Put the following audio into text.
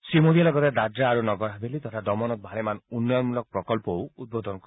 শ্ৰীমোদীয়ে লগতে দাদৰা আৰু নগৰ হাভেলী তথা দমনত ভালেমান উন্নয়নমূলক প্ৰকল্প উদ্বোধন কৰিব